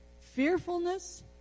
fearfulness